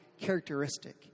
characteristic